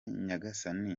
nyagasani